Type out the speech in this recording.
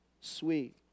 sweet